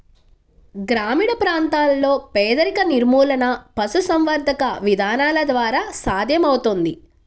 గ్రామీణ ప్రాంతాలలో పేదరిక నిర్మూలన పశుసంవర్ధక విధానాల ద్వారా సాధ్యమవుతుంది